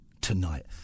tonight